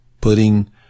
Putting